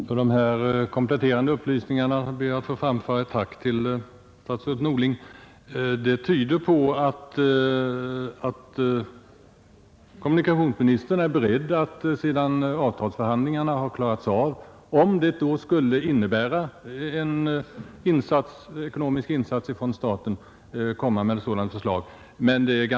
Herr talman! För dessa kompletterande upplysningar ber jag att få framföra ett tack till statsrådet Norling. De tyder på att kommunikationsministern är beredd att, sedan avtalsförhandlingarna har klarats av, lägga fram ett förslag om en ekonomisk insats från staten, om en sådan insats skulle visa sig behövlig.